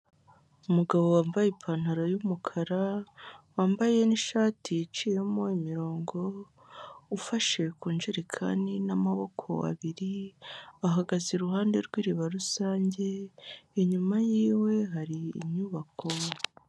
Umugabo wambaye ipantaro y'umukara wambaye n'ishati yiciyemo imirongo, ufashe ku ijerikani n'amaboko abiri ahagaze iruhande rw'iriba rusange inyuma yiwe hari inyubako.